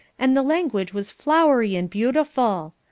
and the language was flowery and beautiful.